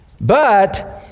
But